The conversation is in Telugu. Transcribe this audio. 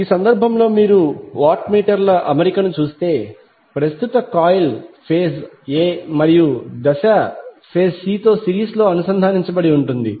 ఈ సందర్భంలో మీరు వాట్ మీటర్ ల అమరికను చూస్తే ప్రస్తుత కాయిల్ ఫేజ్ a మరియు ఫేజ్ c తో సిరీస్లో అనుసంధానించబడి ఉంటుంది